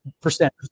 percent